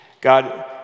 God